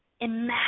imagine